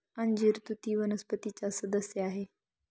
अंजीर तुती वनस्पतीचा सदस्य आहे